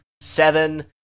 seven